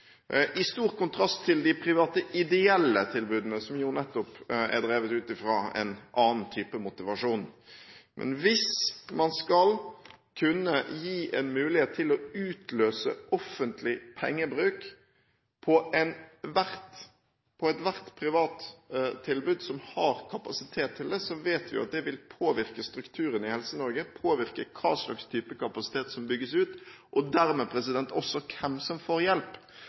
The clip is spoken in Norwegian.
i stor kontrast til de private ideelle tilbudene, som jo nettopp er drevet ut fra en annen type motivasjon. Men hvis man skal kunne gi en mulighet til å utløse offentlig pengebruk på ethvert privat tilbud som har kapasitet til det, vet vi at det vil påvirke strukturene i Helse-Norge, påvirke hva slags type kapasitet som bygges ut, og dermed også hvem som får hjelp.